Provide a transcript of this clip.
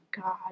God